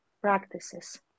practices